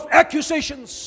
accusations